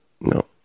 No